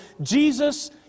Jesus